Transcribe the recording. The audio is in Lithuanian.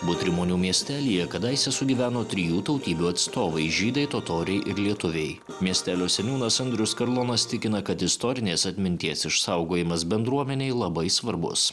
butrimonių miestelyje kadaise sugyveno trijų tautybių atstovai žydai totoriai ir lietuviai miestelio seniūnas andrius karlonas tikina kad istorinės atminties išsaugojimas bendruomenei labai svarbus